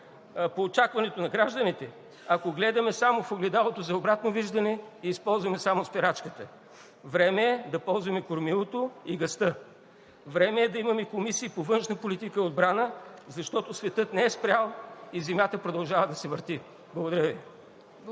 по очакването на гражданите, ако гледаме само в огледалото за обратно виждане и използваме само спирачката. Време е да ползваме кормилото и газта, време е да имаме комисии по външна политика и отбрана, защото светът не е спрял и Земята продължава да се върти. Благодаря Ви.